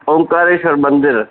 ओमकारेश्वर मंदरु